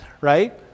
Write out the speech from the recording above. right